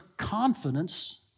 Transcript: confidence